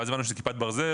ואז הבנתי שזו כיפת ברזל,